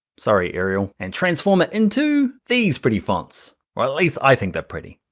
sorry arial, and transform it into these pretty fonts, or at least i think they're pretty.